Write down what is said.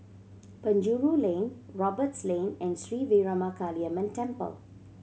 Penjuru Lane Roberts Lane and Sri Veeramakaliamman Temple